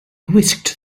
whisked